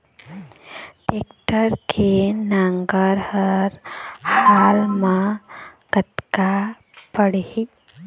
Tractor के नांगर हर हाल मा कतका पड़िही?